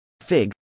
Fig